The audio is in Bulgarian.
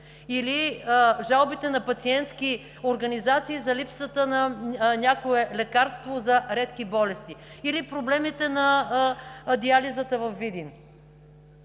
или жалбите на пациентски организации за липсата на някое лекарство за редки болести, или проблемите на диализата във Видин,